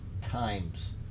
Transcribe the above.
times